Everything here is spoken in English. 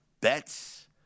bets